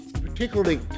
particularly